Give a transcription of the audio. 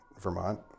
Vermont